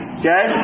okay